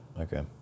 Okay